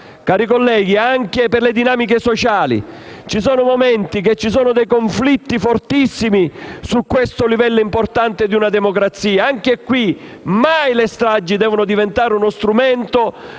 Cari colleghi, anche per le dinamiche sociali, in alcuni momenti vi sono dei conflitti fortissimi su questo livello importante di democrazia. Anche in questo caso, però, mai le stragi devono diventare uno strumento